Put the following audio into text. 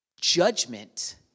judgment